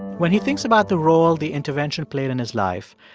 when he thinks about the role the intervention played in his life,